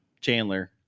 Chandler